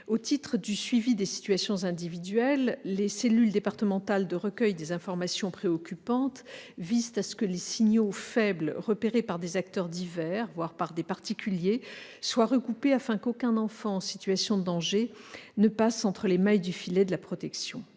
Au titre du suivi des situations individuelles, les cellules départementales de recueil des informations préoccupantes visent à ce que les signaux faibles repérés par des acteurs divers, voire par des particuliers, soient recoupés afin qu'aucun enfant en situation de danger ne passe entre les mailles du filet de la protection.